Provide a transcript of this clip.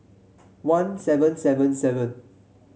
one seven seven seven